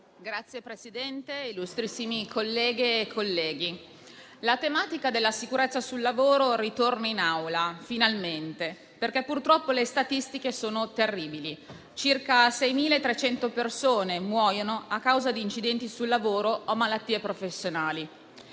Signor Presidente, illustrissimi colleghe e colleghi, la tematica della sicurezza sul lavoro ritorna in Assemblea, finalmente, perché purtroppo le statistiche sono terribili. Circa 6.300 persone muoiono ogni giorno nel mondo a causa di incidenti sul lavoro o malattie professionali.